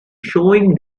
showing